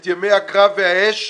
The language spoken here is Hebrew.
את ימי הקרב והאש,